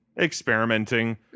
experimenting